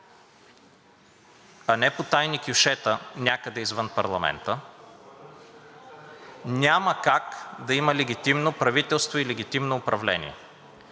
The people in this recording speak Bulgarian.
а не по тайни кьошета някъде извън парламента, няма как да има легитимно правителство и легитимно управление.